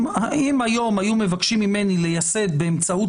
אם היום היו מבקשים ממני לייסד באמצעות